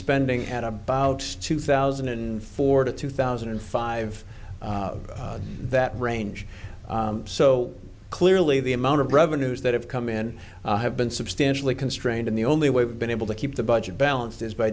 spending at about two thousand and four to two thousand and five that range so clearly the amount of revenues that have come in have been substantially constrained and the only way we've been able to keep the budget balanced is by